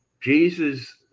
jesus